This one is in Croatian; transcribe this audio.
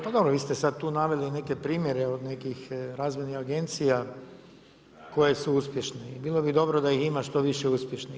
Pa dobro, vi ste sada tu naveli neke primjere od nekih razvojnih agencija koje su uspješne i bilo bi dobro da ih ima što više uspješnih.